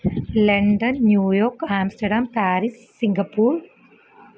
London New York Amsterdam Paris Singapore